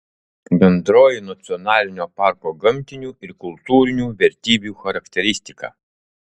bendroji nacionalinio parko gamtinių ir kultūrinių vertybių charakteristika